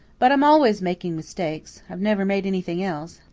but i'm always making mistakes. i've never made anything else.